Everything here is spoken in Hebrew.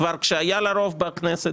כשהיה לה רוב בכנסת,